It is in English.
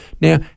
Now